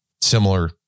Similar